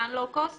שנוחתת